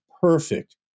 perfect